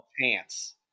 pants